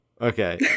Okay